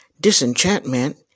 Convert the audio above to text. disenchantment